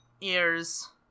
ears